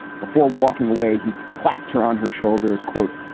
before walking away, he clapped her on her shoulders, quote,